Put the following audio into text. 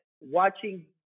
Watching